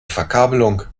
verkabelung